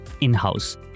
in-house